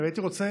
הייתי רוצה